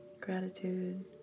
gratitude